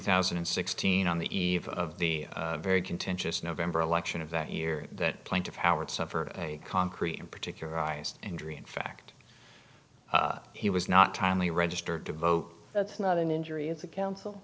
thousand and sixteen on the eve of the very contentious november election of that year that plaintiff howard suffered a concrete and particularized injury in fact he was not timely registered to vote that's not an injury it's a council